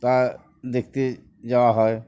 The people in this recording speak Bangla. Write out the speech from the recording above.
তা দেখতে যাওয়া হয়